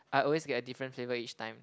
I always get a different flavour each time